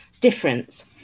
difference